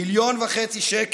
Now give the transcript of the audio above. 1.5 מיליון שקל